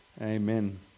Amen